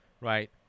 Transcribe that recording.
right